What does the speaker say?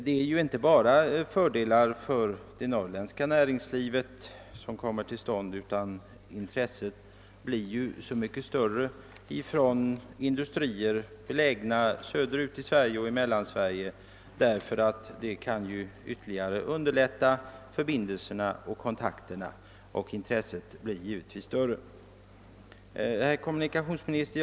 Det blir ju inte fördelar bara för det norrländska näringslivet. Intresset blir givetvis större från industrier belägna i södra och mellersta Sverige, eftersom förbindelserna och kontakterna kan underlättas ytterligare. Herr kommunikationsminister!